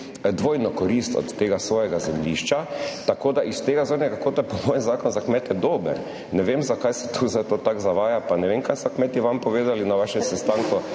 dvojno korist od tega zemljišča, tako da je s tega zornega kota po moje zakon za kmete dober. Ne vem, zakaj se tu zdaj to tako zavaja, pa ne vem, kaj so kmetje vam povedali na vašem sestanku,